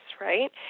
right